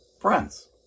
friends